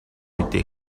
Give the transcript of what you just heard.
үедээ